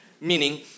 meaning